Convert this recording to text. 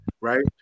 Right